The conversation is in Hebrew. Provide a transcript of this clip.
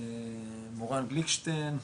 מורן גליקשטיין,